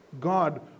God